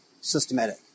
systematic